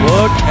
Look